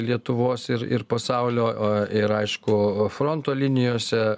lietuvos ir ir pasaulio ir aišku fronto linijose